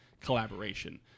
collaboration